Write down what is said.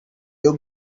you